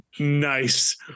Nice